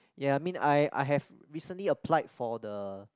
ya I mean I I have recently applied for the